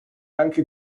anche